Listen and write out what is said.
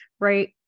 right